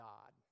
God